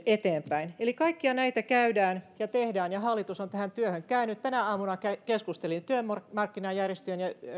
eteenpäin eli kaikkia näitä käydään ja tehdään ja hallitus on tähän työhön käynyt tänä aamuna keskustelin työmarkkinajärjestöjen ja